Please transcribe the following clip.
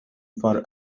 for